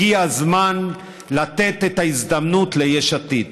הגיע הזמן לתת את ההזדמנות ליש עתיד.